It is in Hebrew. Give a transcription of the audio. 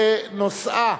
שנושאה: